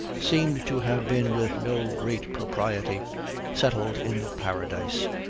seemed to have been with no great propriety settled in paradise.